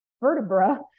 vertebra